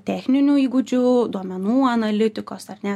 techninių įgūdžių duomenų analitikos ar ne